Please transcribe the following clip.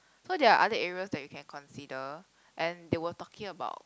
so there are other areas that you can consider and they will taking about